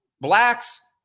Blacks